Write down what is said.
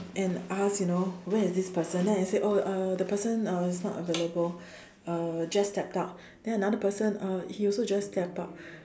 and asked you know where is this person then I said oh uh that person uh is not available uh just stepped out then another person uh he also just stepped out